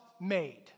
made